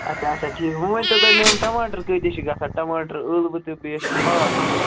اَچھا اَچھا ٹھیٖک وۅنۍ ؤنۍتَو تُہۍ مےٚ یِم ٹَماٹَر کۭتِس چھِ گژھان ٹَماٹَر ٲلوٕ تہٕ بیٚیہِ ٲسۍ اَسہِ ہاکھ نیُن